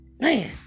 man